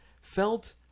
felt